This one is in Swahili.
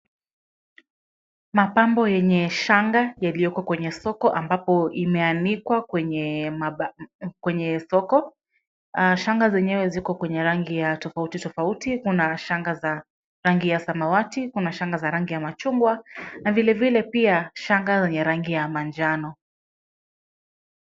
Mapambo yenye shanga yaliyoko kwenye soko ambapo imeanikwa kwenye soko. Shanga zenyewe ziko kwenye rangi ya tofauti tofauti, kuna shanga za rangi ya samawati, kuna shanga za rangi ya machungwa, na vile vile pia shanga zenye rangi ya manjano.